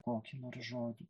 kokį nors žodį